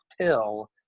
pill